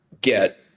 get